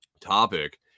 topic